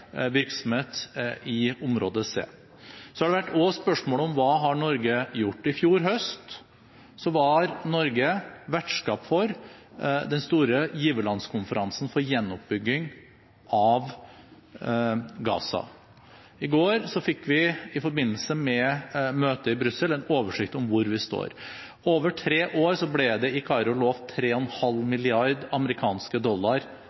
virksomhet i område C. Så har det også vært spørsmål om hva Norge har gjort. I fjor høst var Norge vertskap for den store giverlandskonferansen for gjenoppbygging av Gaza. I går fikk vi, i forbindelse med møtet i Brussel, en oversikt over hvor vi står. Over tre år ble det i Kairo lovet 3,5 mrd. amerikanske dollar